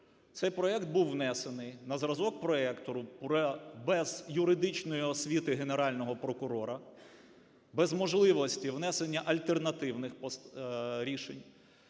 цей проект був внесений на зразок проекту без юридичної освіти Генерального прокурора, без можливості внесення альтернативних рішень,